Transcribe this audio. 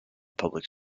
public